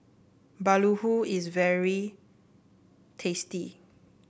Bahulu is very tasty